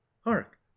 hark